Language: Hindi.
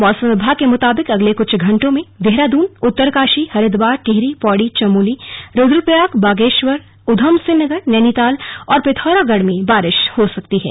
मौसम विभाग के मुताबिक अगले कुछ घंटों में देहरादून उत्तरकाशी हरिद्वार टिहरी पौड़ी चमोली रुद्रप्रयाग बागेश्वर उधमसिंह नगर नैनीताल और पिथौरागढ़ में बारिश हो सकती है